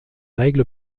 règle